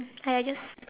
!aiya! just